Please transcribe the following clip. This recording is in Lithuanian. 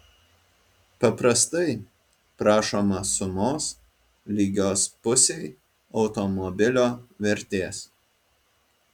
paprastai prašoma sumos lygios pusei automobilio vertės